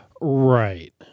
Right